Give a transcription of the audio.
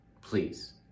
Please